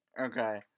Okay